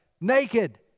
naked